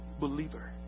believer